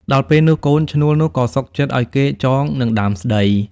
ដល់ពេលនោះកូនឈ្នួលនោះ ក៏សុខចិត្តឲ្យគេចងនឹងដើមស្តី។